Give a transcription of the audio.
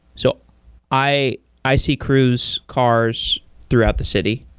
so i i see cruise cars throughout the city.